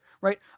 right